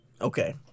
Okay